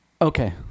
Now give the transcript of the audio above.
okay